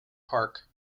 park